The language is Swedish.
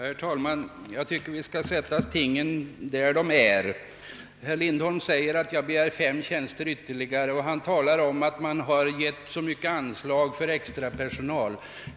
Herr talman! Jag tycker att vi bör sätta tingen på sin rätta plats. Herr Lindholm säger att jag begär ytterligare fem tjänster. Han säger också att det har givits stora anslag för extrapersonal.